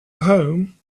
home